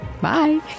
Bye